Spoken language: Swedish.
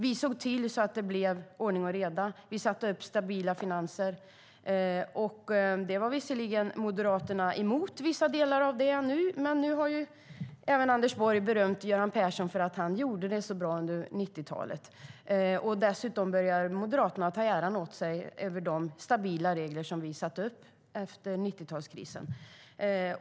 Vi såg till att det blev ordning och reda och stabila finanser. Moderaterna var visserligen emot vissa delar av det, men nu har även Anders Borg berömt Göran Persson för att han gjorde detta så bra under 90-talet. Dessutom börjar Moderaterna ta äran åt sig för de stabila regler som vi satte upp efter 90-talskrisen.